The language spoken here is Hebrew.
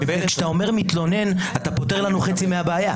כשאתה אומר מתלונן, אתה פותר לנו חצי מהבעיה.